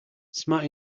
smart